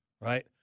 right